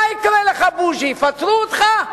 מה יקרה לך, בוז'י, יפטרו אותך?